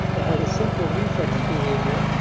that had a simple reflex behavior,